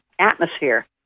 atmosphere